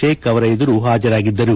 ತೇಖ್ ಅವರ ಎದುರು ಹಾಜರಾಗಿದ್ದರು